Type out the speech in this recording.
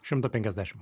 šimtą penkiasdešim